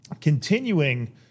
Continuing